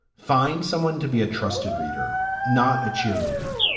find someone to be a trusted reader, not a cheerleader.